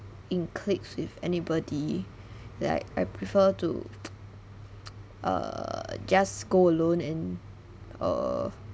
in cliques with anybody like I prefer to err just go alone and err